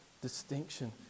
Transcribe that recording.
distinction